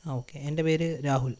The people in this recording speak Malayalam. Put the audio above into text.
ആ ഓക്കെ എൻ്റെ പേര് രാഹുൽ